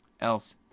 else